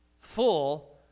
Full